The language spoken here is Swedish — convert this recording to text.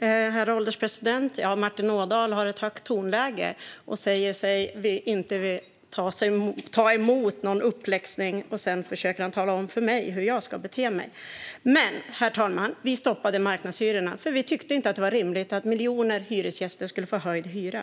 Herr ålderspresident! Martin Ådahl har ett högt tonläge och säger sig inte ta emot någon uppläxning. Sedan försöker han tala om för mig hur jag ska bete mig. Herr ålderspresident! Vi stoppade marknadshyrorna. Vi tyckte inte att det var rimligt att miljoner hyresgäster skulle få höjd hyra.